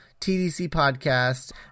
tdcpodcast